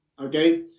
okay